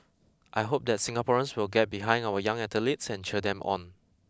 I hope that Singaporeans will get behind our young athletes and cheer them on